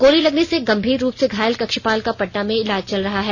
गोली लगने से गंभीर रूप से घायल कक्षपाल का पटना में इलाज चल रहा है